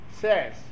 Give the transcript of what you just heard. says